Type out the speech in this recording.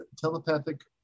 telepathic